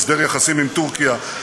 הסדר יחסים עם טורקיה,